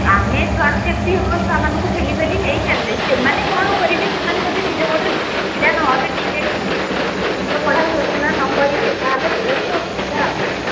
ଆମେ ଯୁଆଡ଼ୁ ଯେମିତି ହଁ ଛୁଆମାନଙ୍କୁ ଠେଲିପେଲି ନେଇ ଚାଲିଲେ ସେମାନେ କ'ଣ କରିବେ ସେମାନେ ଯଦି ନିଜ ଗୋଡ଼େ ନିଜେ ଛିଡ଼ା ନହେବେ ଠିକ୍ରେ ନିଜ ପଢ଼ା ଶୁଣା ନ କରିବେ ତାହେଲେ ବହୁତ ଅସୁବିଧା ହେବ ଆଗକୁ